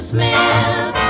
Smith